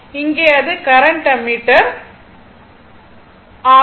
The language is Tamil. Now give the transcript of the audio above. இங்கே அது கரண்ட் அம்மீட்டர் ஆகும்